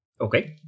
Okay